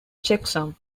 checksum